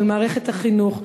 של מערכת החינוך,